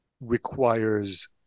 requires